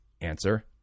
Answer